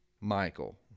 Michael